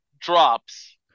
drops